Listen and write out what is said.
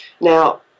Now